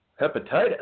hepatitis